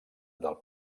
del